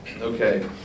Okay